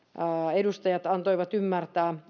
edustajat antoivat ymmärtää